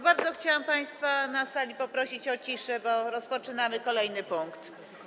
Bardzo chciałam państwa na sali poprosić o ciszę, bo rozpoczynamy kolejny punkt.